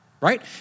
Right